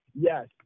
yes